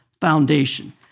foundation